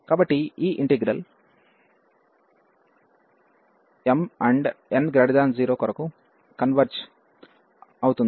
కాబట్టి ఈ integral mn0 కొరకు కన్వెర్జ్ అవుతుంది